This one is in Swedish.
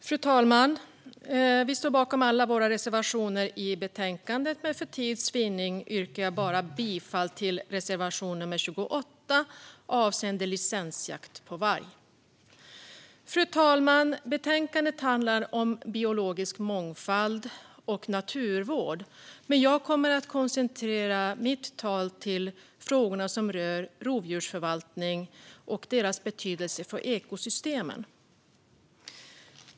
Fru talman! Vi står bakom alla våra reservationer i betänkandet, men för tids vinnande yrkar jag bifall bara till reservation 28 avseende licensjakt på varg. Fru talman! Betänkandet handlar om biologisk mångfald och naturvård, men jag kommer att koncentrera mitt tal på frågorna som rör rovdjursförvaltning och rovdjurens betydelse för ekosystemen.